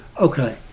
Okay